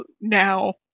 now